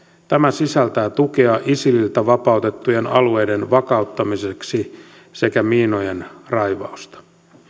tämä sisältää tukea isililtä vapautettujen alueiden vakauttamiseksi sekä miinojen raivausta